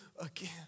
again